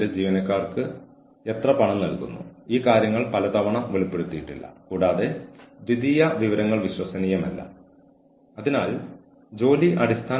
ജീവനക്കാർക്ക് ഉത്തരവാദിത്തമുള്ള പ്രകടന മാനദണ്ഡങ്ങൾ ഫലപ്രദമായി ആശയവിനിമയം നടത്തുന്നതിന് തൊഴിൽ വിവരണങ്ങളും പ്രവർത്തന പദ്ധതികളും വികസിപ്പിക്കണം